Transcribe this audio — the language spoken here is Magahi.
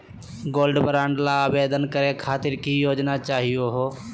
गोल्ड बॉन्ड ल आवेदन करे खातीर की योग्यता चाहियो हो?